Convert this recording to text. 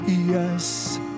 Yes